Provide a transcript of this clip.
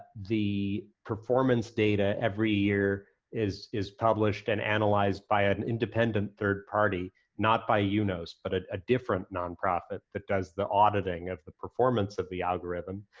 the performance data every year is is published and analyzed by an independent third party, not by yeah unos, but a ah different nonprofit that does the auditing of the performance of the algorithm,